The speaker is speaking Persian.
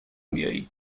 بیایید